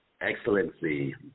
excellency